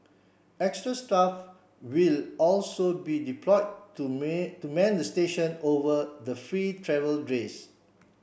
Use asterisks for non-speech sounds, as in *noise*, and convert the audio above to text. extra staff will also be deploy to *unintelligible* to man the station over the free travel *unintelligible*